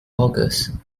august